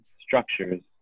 structures